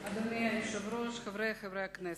אדוני היושב-ראש, חברי חברי הכנסת,